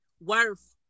worth